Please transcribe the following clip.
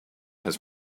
has